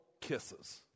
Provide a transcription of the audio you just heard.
kisses